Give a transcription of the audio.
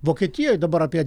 vokietijoj dabar apie